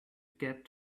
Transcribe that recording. get